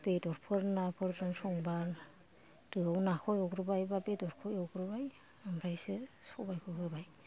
बेदरफोर नाफोरजों संबा दोयाव नाखौ एगवग्रोबाय बा बेदरखौ एवग्रोबाय ओमफ्रायसो सबाइखौ होबाय